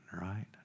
right